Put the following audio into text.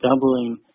doubling